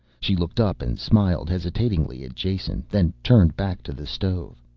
she looked up and smiled hesitatingly at jason, then turned back to the stove.